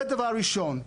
זה דבר ראשון,